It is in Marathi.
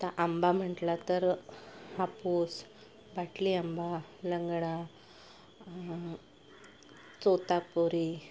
आता आंबा म्हटलं तर हापूस बाटली आंबा लंगडा तोतापुरी